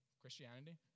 Christianity